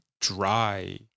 dry